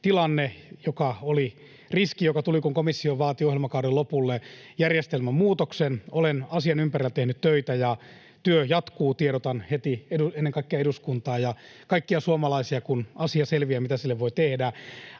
tilanne, joka oli riski, joka tuli, kun komissio vaati ohjelmakauden lopulle järjestelmän muutoksen. Olen asian ympärillä tehnyt töitä, ja työ jatkuu. Tiedotan heti ennen kaikkea eduskunnalle ja kaikille suomalaisille, kun selviää, mitä asialle voi tehdä.